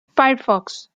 firefox